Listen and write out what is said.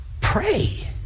pray